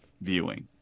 viewing